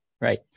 right